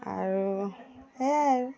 আৰু সেয়াই আৰু